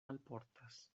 alportas